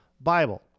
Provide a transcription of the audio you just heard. Bible